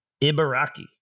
Ibaraki